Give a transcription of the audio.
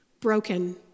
broken